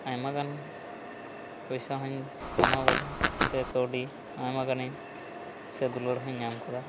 ᱟᱭᱢᱟ ᱜᱟᱱ ᱯᱚᱭᱥᱟ ᱦᱚᱸᱧ ᱠᱟᱢᱟᱣ ᱟᱠᱟᱫᱟ ᱥᱮ ᱠᱟᱣᱰᱤ ᱟᱭᱢᱟ ᱜᱟᱱᱤᱧ ᱥᱮ ᱫᱩᱞᱟᱹᱲ ᱦᱚᱸᱧ ᱧᱟᱢ ᱟᱠᱟᱫᱟ